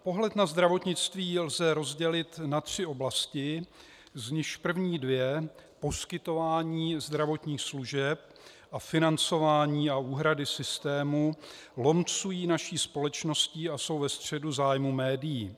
Pohled na zdravotnictví lze rozdělit na tři oblasti, z nichž první dvě, poskytování zdravotních služeb a financování a úhrady systémů, lomcují naší společností a jsou ve středu zájmu médií.